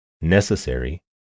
necessary